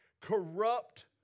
corrupt